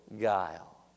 guile